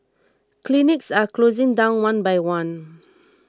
clinics are closing down one by one